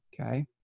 okay